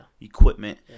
equipment